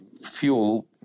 fuel